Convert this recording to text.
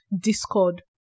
discord